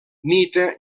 mite